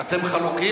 אתם חלוקים?